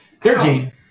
Thirteen